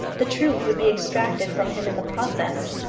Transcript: the truth would be extracted from him in the process.